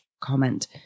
comment